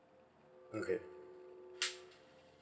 okay